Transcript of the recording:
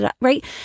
Right